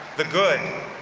the good,